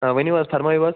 ٲں ؤنِو حظ فرمٲیِو حظ